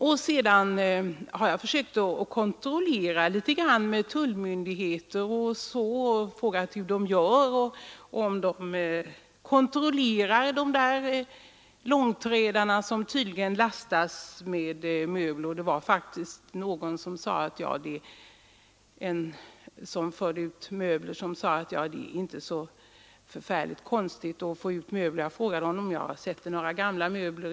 Därefter har jag försökt att hos tullmyndigheter ta reda på om tullen kontrollerar långtradare som kommer lastade med gamla möbler. Jag har också frågat en person som sysslar med att föra ut sådana möbler ur Sverige, hur utförseln går till.